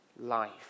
life